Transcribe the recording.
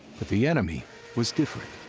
but the enemy was different.